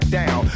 down